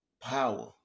power